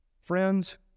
friends